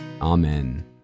amen